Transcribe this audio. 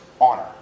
honor